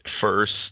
first –